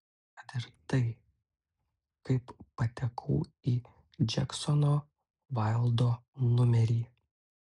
kad ir tai kaip patekau į džeksono vaildo numerį